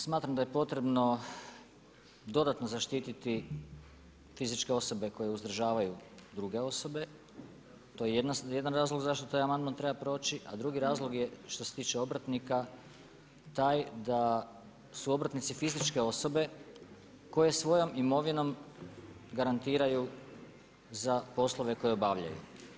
Smatram da je potrebno dodatno zaštitit fizičke osobe koje uzdržavaju druge osobe, to je jedan razlog zašto taj amandman treba proći, a drugi razlog je što se tiče obrtnika taj da su obrtnici fizičke osobe koji svojom imovino garantiraju za poslove koji obavljaju.